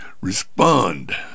respond